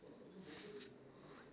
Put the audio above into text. probably I don't know